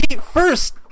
first